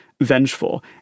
vengeful